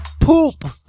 poop